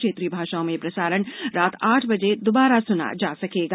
क्षेत्रीय भाषाओं में यह प्रसारण रात आठ बजे दोबारा सुना जा सकेगा